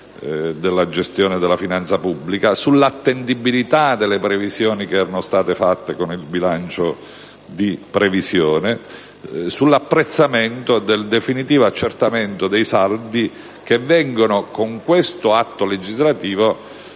della gestione della finanza pubblica, sulla attendibilità delle previsioni che erano state fatte con il bilancio di previsione, sull'apprezzamento del definitivo accertamento dei saldi che vengono con questo atto legislativo,